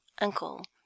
uncle